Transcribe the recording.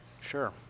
Sure